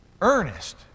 Ernest